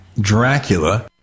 Dracula